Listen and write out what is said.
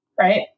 Right